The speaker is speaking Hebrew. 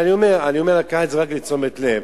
אני אומר לקחת את זה רק לתשומת הלב,